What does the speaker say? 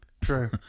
True